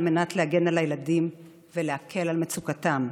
מנת להגן על הילדים ולהקל את מצוקתם.